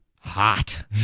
Hot